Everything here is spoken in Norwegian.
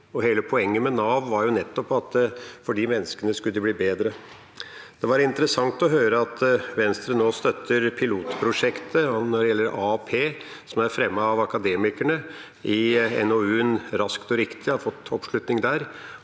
Hele poenget med Nav var nettopp at det skulle bli bedre for de menneskene. Det var interessant å høre at Venstre nå støtter pilotprosjektet når det gjelder AAP, som er fremmet av Akademikerne i NOU-en Raskt og riktig, og har fått oppslutning der.